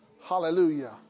Hallelujah